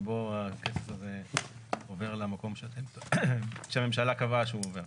בו הכסף הזה עובר למקום שהממשלה קבעה שהוא עובר.